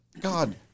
God